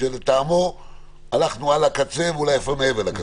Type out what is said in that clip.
שלטעמו הלכנו על הקצה ואולי אפילו מעבר לקצה.